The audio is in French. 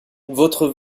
votre